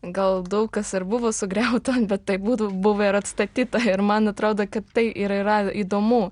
gal daug kas ir buvo sugriauta bet tai būtų buvę ir atstatyta ir man atrodo kad tai ir yra įdomu